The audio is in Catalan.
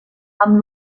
amb